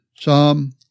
Psalm